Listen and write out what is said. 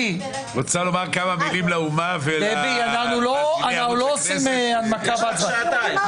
אנחנו לא עושים הנמקה בהצבעה.